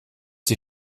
sie